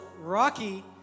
Rocky